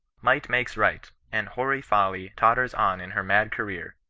might makes right, and hoary folly totters on in her mad career,